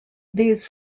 these